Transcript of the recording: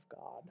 God